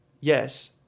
yes